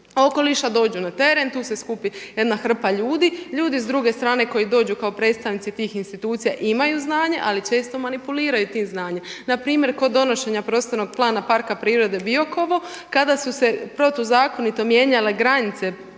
okoliša dođu na teren tu se skupi jedna hrpa ljudi, ljudi s druge strane koji dođu kao predstavnici tih institucija imaju znanje, ali često manipuliraju tim znanjem. Npr. ko donošenja Prostornog plana Parka prirode Biokovo, kada su se protuzakonito mijenjale granice